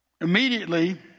immediately